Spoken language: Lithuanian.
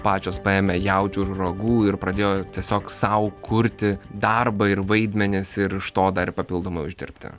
pačios paėmė jautį už ragų ir pradėjo tiesiog sau kurti darbą ir vaidmenis ir iš to dar ir papildomai uždirbti